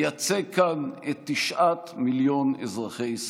לייצג כאן את תשעת מיליון אזרחי ישראל.